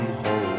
home